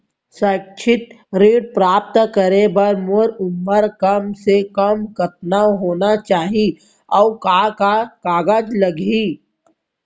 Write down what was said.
शैक्षिक ऋण प्राप्त करे बर मोर उमर कम से कम कतका होना चाहि, अऊ का का कागज लागही?